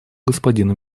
господину